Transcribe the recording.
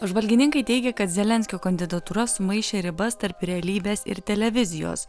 apžvalgininkai teigia kad zelenskio kandidatūra sumaišė ribas tarp realybės ir televizijos